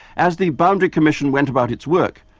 as the boundary commission went about its work,